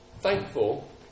thankful